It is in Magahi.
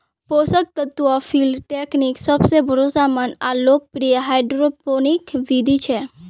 पोषक तत्व फिल्म टेकनीक् सबसे भरोसामंद आर लोकप्रिय हाइड्रोपोनिक बिधि छ